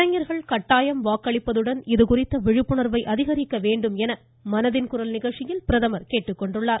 இளைஞர்கள் கட்டாயம் வாக்களிப்பதுடன் இதுகுறித்த விழிப்புணர்வை அதிகரிக்க வேண்டுமென மனதின்குரல் நிகழ்ச்சியில் பிரதமர் வலியுறுத்தியுள்ளார்